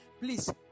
please